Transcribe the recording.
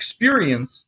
experience